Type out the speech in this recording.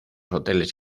hoteles